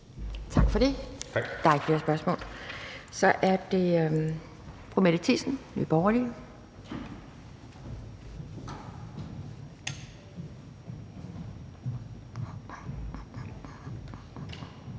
Tak for det. Der er ikke flere spørgsmål. Så er det fru Mette Thiesen, Nye Borgerlige.